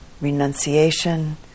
renunciation